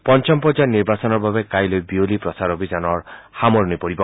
পঞ্চম পৰ্যায়ৰ নিৰ্বাচনৰ বাবে কাইলৈ প্ৰচাৰ অভিযানৰ সামৰণি পৰিব